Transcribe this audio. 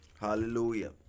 Hallelujah